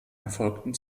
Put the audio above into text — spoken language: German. erfolgten